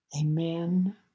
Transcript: Amen